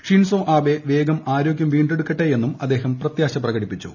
Shinzo Abe വേഗം ആരോഗൃം വീണ്ടെടുക്കട്ടെയെന്നും അദ്ദേഹം പ്രത്യാശ പ്രകടിപ്പിച്ചു